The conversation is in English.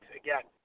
again